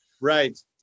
Right